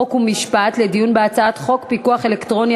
חוק ומשפט לדיון בהצעת חוק פיקוח אלקטרוני